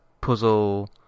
puzzle